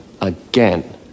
again